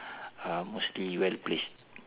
are mostly well placed